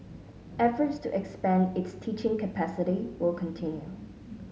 efforts to expand its teaching capacity will continue